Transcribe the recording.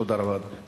תודה רבה, אדוני.